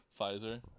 Pfizer